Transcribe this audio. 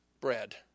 bread